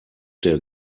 der